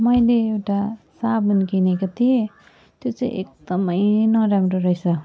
मैले एउटा साबुन किनेको थिएँ त्यो चाहिँ एकदम नराम्रो रहेछ